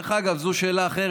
דרך אגב, זו שאלה אחרת.